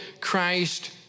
Christ